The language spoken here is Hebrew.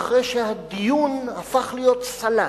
ההצבעה תהיה בנפרד אחרי שהדיון הפך להיות סלט,